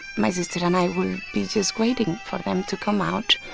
my sister and i will be just waiting for them to come out,